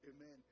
Amen